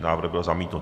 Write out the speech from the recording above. Návrh byl zamítnut.